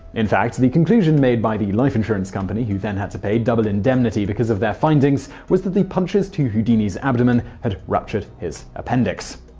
in fact, the conclusion made by the life insurance company, who then had to pay double indemnity because of their findings, was that the punches to houdini's abdomen had ruptured his appendix.